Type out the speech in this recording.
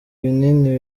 ibinini